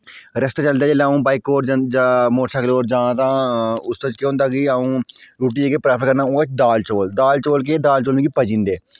रस्तै चलदै जेल्लै अ'ऊं बाइक पर मोटर सैक्ल पर जां तां उस च केह् होंदे कि अ'ऊं रुट्टी जेह्की परैफर करना ओह् ऐ दाल चौल दाल चौल केह् दाल चौल मिगी पची जंदे